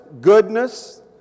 goodness